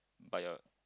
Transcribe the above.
but your